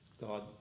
God